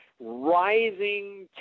rising